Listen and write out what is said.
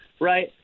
right